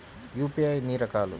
UPI ఎన్ని రకాలు?